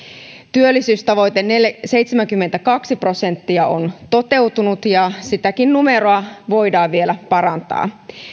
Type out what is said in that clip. työllisyystavoite seitsemänkymmentäkaksi prosenttia on toteutunut ja sitäkin numeroa voidaan vielä parantaa